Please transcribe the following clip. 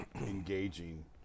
engaging